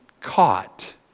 caught